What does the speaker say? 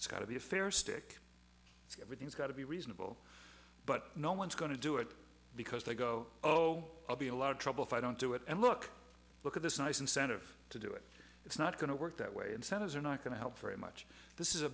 it's got to be a fair stick everything's got to be reasonable but no one's going to do it because they go oh i'll be in a lot of trouble if i don't do it and look look at this nice incentive to do it it's not going to work that way incentives are not going to help very much this is a